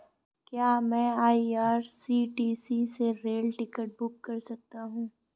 क्या मैं आई.आर.सी.टी.सी से रेल टिकट बुक कर सकता हूँ?